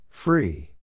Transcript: Free